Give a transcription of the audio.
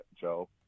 Joe